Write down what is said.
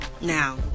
Now